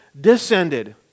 descended